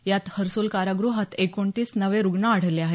यात हर्सुल कारागृहात एकोणतीस नवे रुग्ण आढळले आहेत